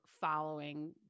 following